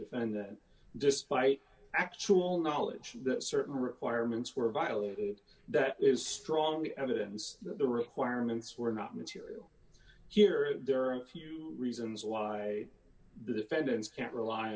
defend despite actual knowledge that certain requirements were violated that is strong evidence that the requirements were not material here and there are a few reasons why the defendants can't rely